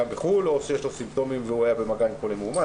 בחו"ל או שיש לי סימפטומים והוא היה במגע עם חולה מאומת.